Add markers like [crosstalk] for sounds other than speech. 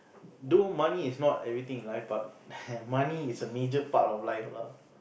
although money is not everything in life but [noise] money is a major part of life lah